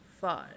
five